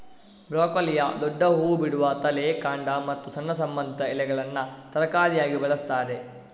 ಬ್ರೊಕೊಲಿಯ ದೊಡ್ಡ ಹೂ ಬಿಡುವ ತಲೆ, ಕಾಂಡ ಮತ್ತು ಸಣ್ಣ ಸಂಬಂಧಿತ ಎಲೆಗಳನ್ನ ತರಕಾರಿಯಾಗಿ ಬಳಸ್ತಾರೆ